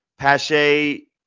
Pache